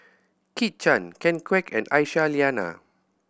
Kit Chan Ken Kwek and Aisyah Lyana